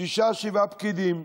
שישה-שבעה פקידים,